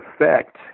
effect